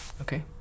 Okay